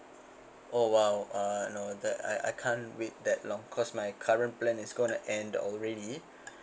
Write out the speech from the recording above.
oh !wow! uh no the I I can't wait that long cause my current plan is gonna end already